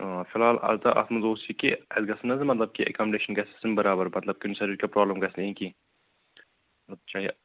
آ فِلحال اَتھ اَتھ منٛز اوس یہِ کہِ اَسہِ گَژھان نہٕ حظ مطلب کہِ ایٚکامڈیشن گَژھِ آسٕنۍ بَرابَر مطلب کُنہِ سایٚڈٕ کیٚنٛہہ پرٛابلِم گژھِ نہٕ یِنۍ کیٚنٛہہ مطلب چاہے